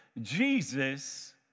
Jesus